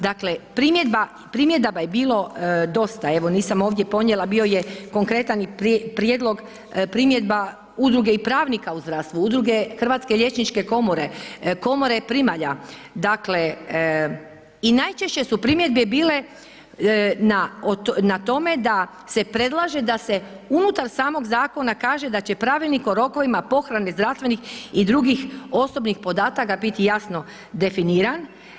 Dakle, primjedaba je bilo dosta, evo nisam ovdje ponijela, bio je konkretan i prijedlog primjedba Udruge i pravnika u zdravstvu, Udruge Hrvatske liječničke komore, Komore primalja, dakle i najčešće su primjedbe bile na tome da se predlaže da se unutar samog zakona kaže da će pravilnik o rokovima pohrane zdravstvenih i drugih osobnih podataka biti jasno definiran.